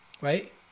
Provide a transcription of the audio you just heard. right